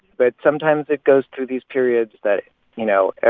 but sometimes, it goes through these periods that you know,